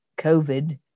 COVID